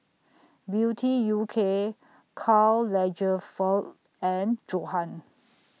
Beauty U K Karl Lagerfeld and Johan